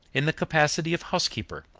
in the capacity of housekeeper,